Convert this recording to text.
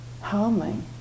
harming